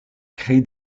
crée